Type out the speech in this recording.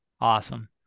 Awesome